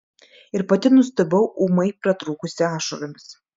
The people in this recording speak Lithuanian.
ir pati nustebau ūmai pratrūkusi ašaromis